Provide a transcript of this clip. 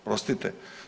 Oprostite.